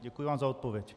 Děkuji vám za odpověď.